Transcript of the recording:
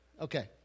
Okay